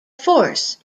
force